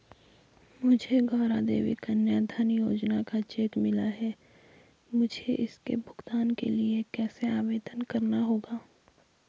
मुझे गौरा देवी कन्या धन योजना का चेक मिला है मुझे इसके भुगतान के लिए कैसे आवेदन करना होगा?